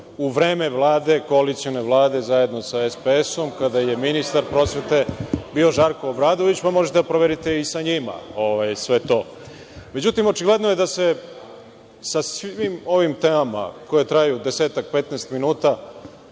u vreme koalicione vlade zajedno sa SPS, kada je ministar prosvete bio Žarko Obradović. Pa, možete da proverite i sa njima sve to.Međutim, očigledno je da se sa svim ovim temama, koje traju desetak do petnaest minuta,